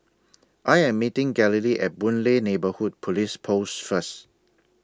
I Am meeting Galilea At Boon Lay Neighbourhood Police Post First